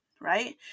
right